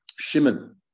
Shimon